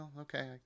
okay